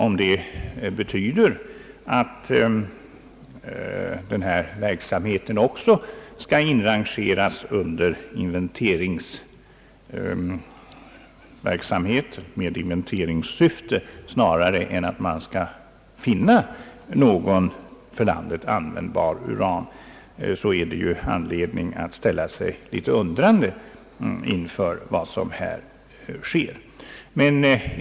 Om det betyder att den verksamheten också skall inrangeras under verksamhet med inventeringssyfte snarare än att man skall söka finna något för landet användbart uran, finns det anledning att ställa sig litet undrande inför vad som här sker.